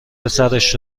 پسرش